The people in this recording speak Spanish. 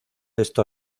esto